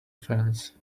fans